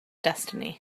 destiny